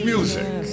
Music